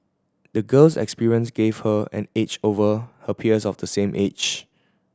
the girl's experience gave her an edge over her peers of the same age